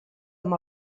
amb